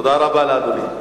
תודה רבה לאדוני.